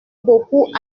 beaucoup